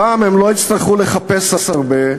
הפעם הם לא יצטרכו לחפש הרבה,